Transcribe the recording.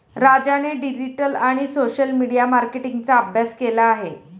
राजाने डिजिटल आणि social media मार्केटिंगचा अभ्यास केला आहे